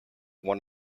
one